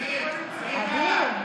צריך קואליציה.